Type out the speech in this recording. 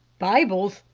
bibles?